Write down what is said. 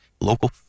local